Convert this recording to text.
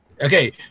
Okay